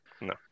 No